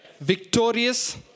victorious